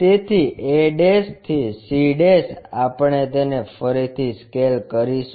તેથી a થી c આપણે તેને ફરીથી સ્કેલ કરીશું